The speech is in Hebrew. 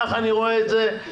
כך אני רואה את זה.